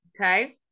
Okay